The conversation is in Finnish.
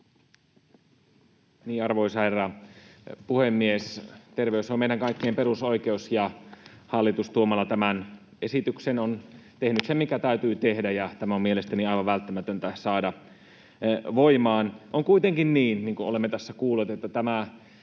Arvoisa herra puhemies! Terveys on meidän kaikkien perusoikeus, ja tuomalla tämän esityksen hallitus on tehnyt sen, mikä täytyy tehdä, ja tämä on mielestäni aivan välttämätöntä saada voimaan. On kuitenkin niin, niin kuin olemme tässä kuulleet, että tämä